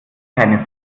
keine